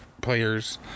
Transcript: players